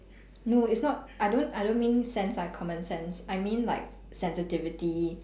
no it's not I don't I don't mean sense like common sense I mean like sensitivity